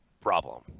problem